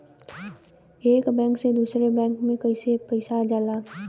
एक बैंक से दूसरे बैंक में कैसे पैसा जाला?